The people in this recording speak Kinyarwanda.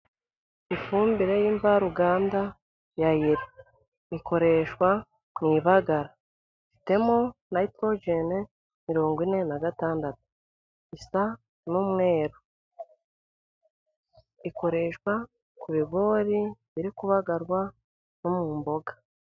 Ifumbire y' imvaruganda, ya ire, ikoreshwa mu ibagara, Ifitemo niporojene mirongo ine na gatandatu isa n' umweru. Ikoreshwa ku bigori biri kubagarwa no mu mboga .